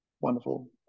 wonderful